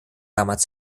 damals